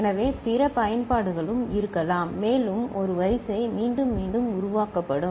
எனவே பிற பயன்பாடுகளும் இருக்கலாம் மேலும் ஒரு வரிசை மீண்டும் மீண்டும் உருவாக்கப்படும்